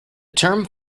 term